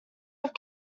have